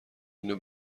اینو